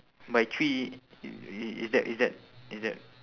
by three is that is that is that